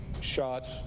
shots